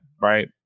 right